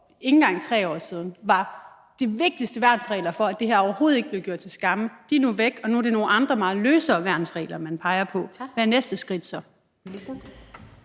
i forhold til at det var de vigtigste værnsregler for, at det her overhovedet ikke blev gjort til skamme, nu er væk, og at det nu er nogle andre meget løsere værnsregler, man peger på. Hvad er næste skridt så?